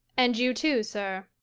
and you too, sir.